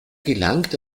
gelangt